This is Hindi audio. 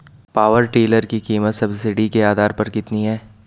पावर टिलर की कीमत सब्सिडी के आधार पर कितनी है?